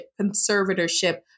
conservatorship